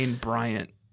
Bryant